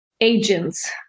agents